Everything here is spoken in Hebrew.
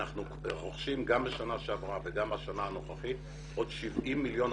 אנחנו רוכשים גם בשנה שעברה וגם בשנה הנוכחית עוד 70 מיליון.